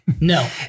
No